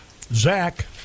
Zach